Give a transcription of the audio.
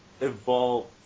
evolve